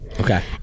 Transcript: Okay